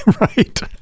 right